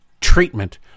treatment